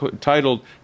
titled